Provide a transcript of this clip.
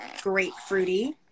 grapefruity